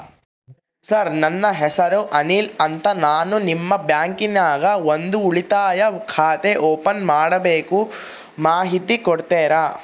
Sir ನನ್ನ ಹೆಸರು ಅನಿಲ್ ಅಂತ ನಾನು ನಿಮ್ಮ ಬ್ಯಾಂಕಿನ್ಯಾಗ ಒಂದು ಉಳಿತಾಯ ಖಾತೆ ಓಪನ್ ಮಾಡಬೇಕು ಮಾಹಿತಿ ಕೊಡ್ತೇರಾ?